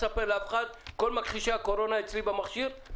חסמתי את כל מכחישי הקורונה במכשיר שלי.